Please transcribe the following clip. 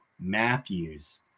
Matthews